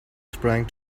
sprang